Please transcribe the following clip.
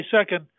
second